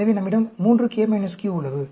எனவே நம்மிடம் 3k q உள்ளது